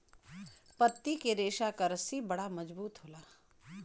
पत्ती के रेशा क रस्सी बड़ा मजबूत होला